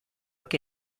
què